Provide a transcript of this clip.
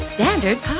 Standard